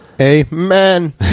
Amen